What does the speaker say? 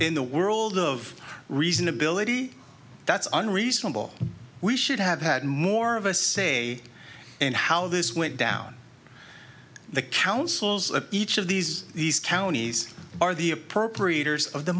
in the world of reasonability that's unreasonable we should have had more of a say in how this went down the councils of each of these these counties are the appropriators of the